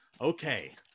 Okay